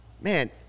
man